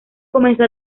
comenzó